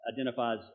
identifies